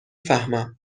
فهمم